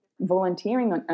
volunteering